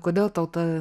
kodėl tau ta